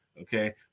Okay